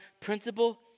principle